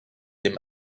dem